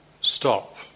stop